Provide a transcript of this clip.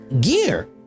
gear